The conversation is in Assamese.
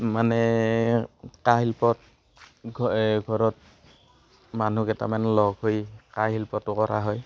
মানে কাঁহ শিল্পত ঘৰত মানুহ কেইটামান লগ হৈ কাঁহ শিল্পটো কৰা হয়